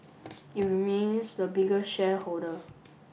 it remains the biggest shareholder